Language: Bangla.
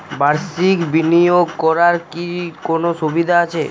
বাষির্ক বিনিয়োগ করার কি কোনো সুবিধা আছে?